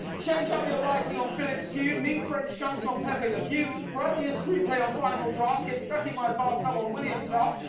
change up your lighting on phillips hue. meet french skunks on pepe lepew. write me a screenplay on final draft. get stuck in my bathtub on william taft.